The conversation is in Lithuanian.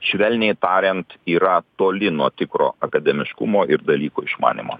švelniai tariant yra toli nuo tikro akademiškumo ir dalyko išmanymo